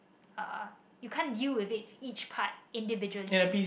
uh you can't deal with it each part individually